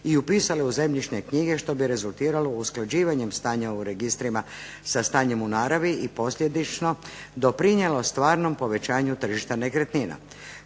i upisale u zemljišne knjige što bi rezultiralo usklađivanjem stanja u registrima sa stanjem u naravi i posljedično doprinijelo stvarnom povećanju tržišta nekretnina.